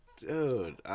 Dude